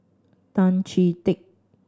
Tan Chee Teck